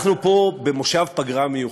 אנחנו פה במושב פגרה מיוחד.